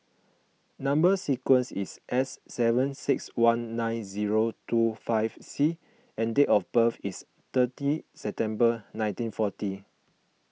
Number Sequence is S seven six one nine zero two five C and date of birth is thirty September nineteen forty